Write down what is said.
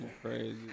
Crazy